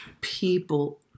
people